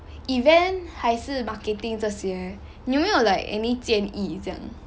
event 还是 marketing 这些你有没有 like any 建议这样